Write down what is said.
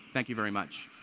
thank you very much.